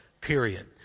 period